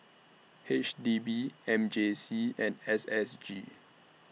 H D B M J C and S S G